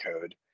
code